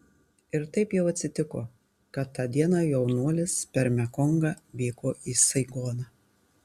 ir taip jau atsitiko kad tą dieną jaunuolis per mekongą vyko į saigoną